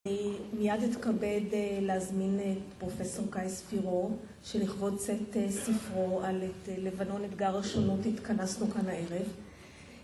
מיד אתכבד להזמין את פרופסור קאיס פירו, שלכבוד צאת ספרו על לבנון אתגר השונות, התכנסנו כאן הערב